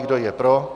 Kdo je pro?